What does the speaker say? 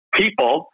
people